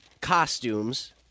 costumes